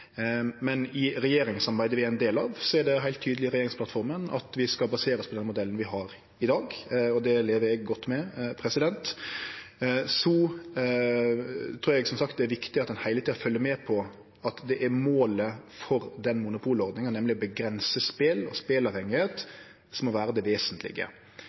Men i regjeringssamarbeidet vi er ein del av, er det ei heilt tydeleg regjeringsplattform, som seier at vi skal basere oss på den modellen vi har i dag. Det lever eg godt med. Så trur eg, som sagt, det er viktig at ein heile tida følgjer med på at det er målet med monopolordninga, nemleg å avgrense spel og speleavhengigheit, som må vere det vesentlege.